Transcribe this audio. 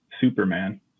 Superman